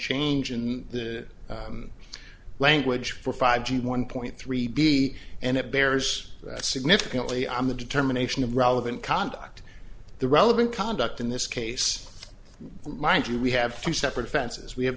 change in the language for five g one point three b and it bears significantly on the determination of relevant conduct the relevant conduct in this case mind you we have two separate fences we have